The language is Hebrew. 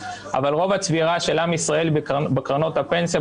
אבל רוב הצבירה של עם ישראל בקרנות הפנסיה,